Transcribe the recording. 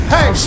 Hey